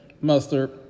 mustard